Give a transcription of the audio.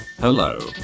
Hello